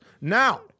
Now